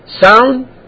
sound